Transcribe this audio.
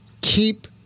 keep